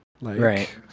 Right